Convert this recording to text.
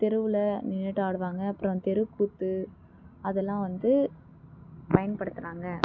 தெருவில் நின்னுட்டு ஆடுவாங்க அப்றம் தெருக்கூத்து அதெல்லாம் வந்து பயன்படுத்தினாங்க